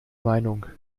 meinung